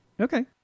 Okay